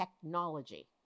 technology